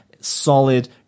solid